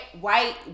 white